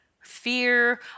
fear